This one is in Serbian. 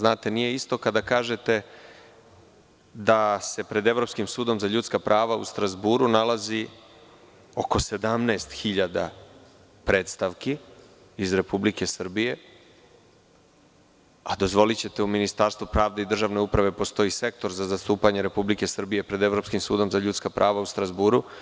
Nije isto kada kažete da se pred Evropskim sudom za ljudska prava u Strazburu nalazi oko 17.000 prestavki iz Republike Srbije a dozvolićete u Ministarstvu pravde i državne uprave postoji sektor za zastupanje Republike Srbije pred Evropskim sudom za ljudska prava u Strazburu.